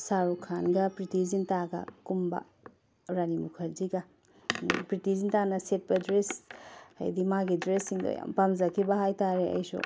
ꯁꯥꯔꯨ ꯈꯥꯟꯒ ꯄ꯭ꯔꯤꯇꯤ ꯖꯤꯟꯇꯥꯒ ꯀꯨꯝꯕ ꯔꯥꯅꯤ ꯃꯨꯈꯔꯖꯤꯒ ꯄ꯭ꯔꯤꯇꯤ ꯖꯤꯟꯇꯥꯅ ꯁꯦꯠꯄ ꯗ꯭ꯔꯦꯁ ꯍꯥꯏꯗꯤ ꯃꯥꯒꯤ ꯗ꯭ꯔꯦꯁꯁꯤꯡꯗꯨ ꯌꯥꯝ ꯄꯥꯝꯖꯈꯤꯕ ꯍꯥꯏꯇꯔꯦ ꯑꯩꯁꯨ